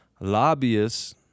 lobbyists